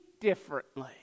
differently